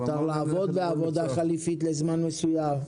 מותר לעבוד בעבודה חליפית לזמן מסוים.